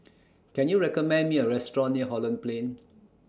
Can YOU recommend Me A Restaurant near Holland Plain